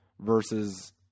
versus –